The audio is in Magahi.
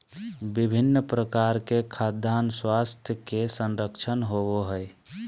विभिन्न प्रकार के खाद्यान स्वास्थ्य के संरक्षण होबय हइ